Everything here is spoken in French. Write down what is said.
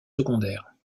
secondaires